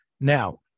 Now